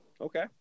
Okay